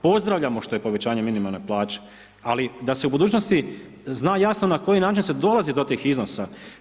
Pozdravljamo što je povećanje minimalne plaće, ali da se u budućnosti zna jasno na koji način se dolazi do tih iznosa.